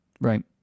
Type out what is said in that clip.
right